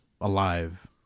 alive